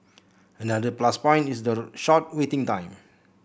another plus point is the short waiting time